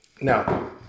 Now